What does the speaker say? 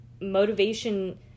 motivation